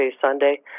Sunday